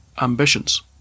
ambitions